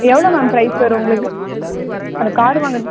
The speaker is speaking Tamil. எவ்வளோ மேம் ப்ரைஸ் வரும் உங்களுக்கு அந்த கார் வாங்குறது